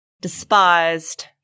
despised